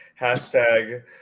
hashtag